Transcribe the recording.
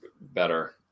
better